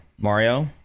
Mario